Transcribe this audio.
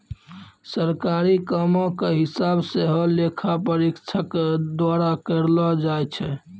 सरकारी कामो के हिसाब सेहो लेखा परीक्षक द्वारा करलो जाय छै